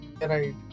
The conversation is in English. Right